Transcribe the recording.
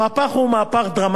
המהפך הוא דרמטי.